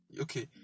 Okay